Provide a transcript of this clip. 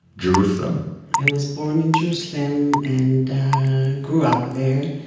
jerusalem i was born in jerusalem, and grew up there.